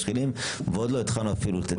משחילים ועוד לא התחלנו אפילו את הדיון.